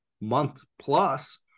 month-plus